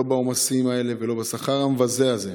לא בעומסים האלה ולא בשכר המבזה הזה.